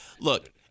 look